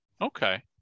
okay